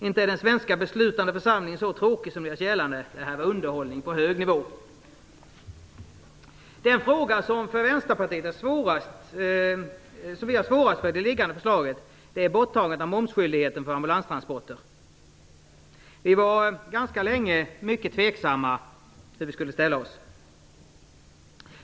Inte är den svenska beslutande församlingen så tråkig som det görs gällande. Det här var underhållning på hög nivå. Den fråga som för Vänsterpartiet var svårast i det föreliggande förslaget är borttagandet av momsskyldigheten för ambulanstransporter. Vi var länge mycket tveksamma till hur vi skulle ställa oss.